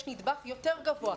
יש נדבך יותר גבוה,